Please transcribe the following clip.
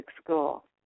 school